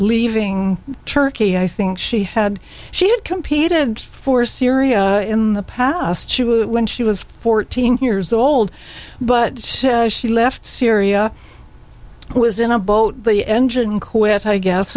leaving turkey i think she had she had competed for syria in the past when she was fourteen years old but she left syria it was in a boat the engine quit i guess